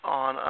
on